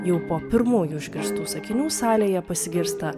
jau po pirmųjų išgirstų sakinių salėje pasigirsta